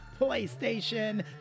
PlayStation